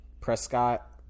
Prescott